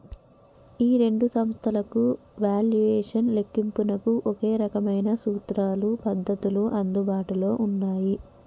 ఈ రెండు సంస్థలకు వాల్యుయేషన్ లెక్కింపునకు ఒకే రకమైన సూత్రాలు పద్ధతులు అందుబాటులో ఉన్నాయి